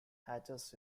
hatches